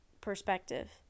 perspective